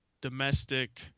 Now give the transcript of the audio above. domestic